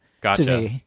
Gotcha